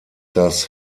das